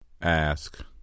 Ask